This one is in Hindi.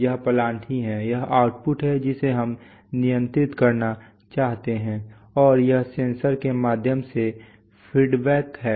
यह प्लांट ही है यह आउटपुट है जिसे हम नियंत्रित करना चाहते हैं और यह सेंसर के माध्यम से फीडबैक है